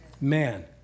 Man